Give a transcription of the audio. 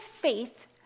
faith